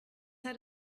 had